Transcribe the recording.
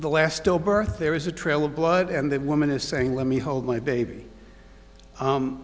the last stillbirth there is a trail of blood and that woman is saying let me hold my baby